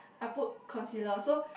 I put concealer so